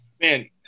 Man